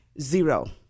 Zero